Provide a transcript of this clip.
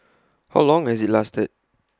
how long has IT lasted